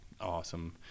awesome